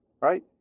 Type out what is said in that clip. Right